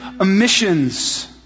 emissions